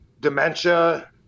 dementia